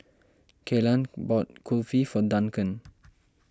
Kelan bought Kulfi for Duncan